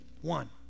One